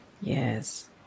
Yes